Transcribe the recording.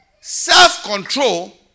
self-control